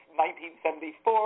1974